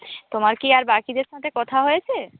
তোমার কি আর বাকিদের সাথে কথা হয়েছে